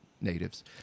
natives